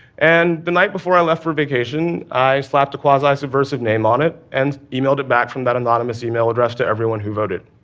and the night before i left for vacation, i slapped a quasi subversive name on it and emailed it back from that anonymous email address to everyone who voted.